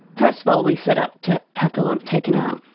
first of all we set up to have the lump taken out.